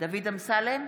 דוד אמסלם,